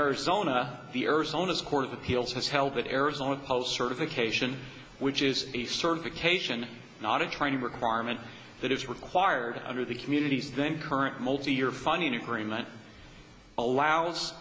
arizona the arizona is court of appeals has held that arizona post certification which is a certification not a trying requirement that is required under the communities then current multi year funny agreement allows